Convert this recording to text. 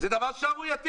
--- זה דבר שערורייתי.